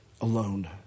alone